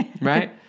Right